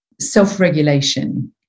Self-regulation